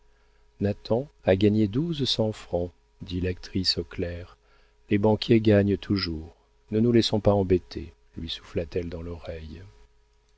nathan a gagné douze cents francs dit l'actrice au clerc les banquiers gagnent toujours ne nous laissons pas embêter lui souffla t elle dans l'oreille